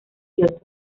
kioto